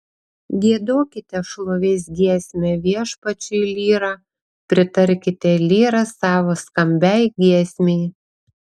giedokite šlovės giesmę viešpačiui lyra pritarkite lyra savo skambiai giesmei